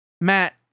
Matt